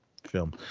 Film